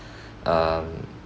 um